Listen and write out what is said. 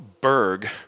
Berg